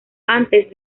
antes